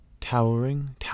Towering